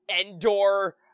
Endor